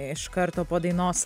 iš karto po dainos